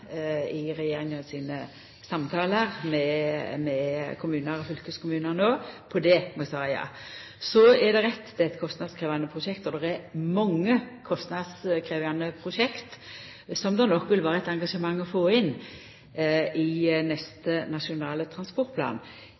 i regjeringa sine samtalar med kommunane og fylkeskommunane òg. På det må eg svara ja. Så er det rett at dette er eit kostnadskrevjande prosjekt, og det er mange kostnadskrevjande prosjekt som det nok vil vera eit engasjement for å få inn i neste Nasjonal transportplan.